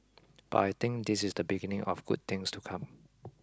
but I think this is the beginning of good things to come